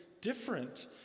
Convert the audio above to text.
different